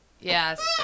Yes